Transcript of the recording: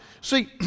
see